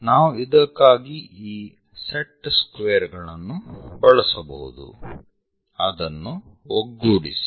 ನಾವು ಇದಕ್ಕಾಗಿ ಈ ಸೆಟ್ ಸ್ಕ್ವೇರ್ ಗಳನ್ನು ಬಳಸಬಹುದು ಅದನ್ನು ಒಗ್ಗೂಡಿಸಿ